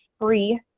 free